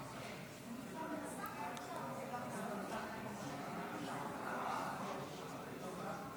בוועדת הכלכלה לצורך הכנתה לקריאה ראשונה.